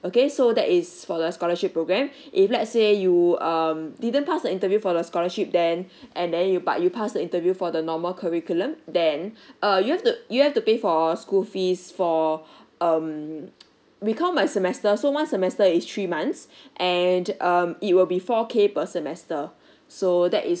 okay so that is for the scholarship program if let's say you um didn't pass the interview for the scholarship then and then you but you passed the interview for the normal curriculum then uh you have to you have to pay for school fees for um we count by semester so one semester is three months and um it will be four K per semester so that is